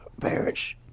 parents